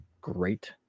great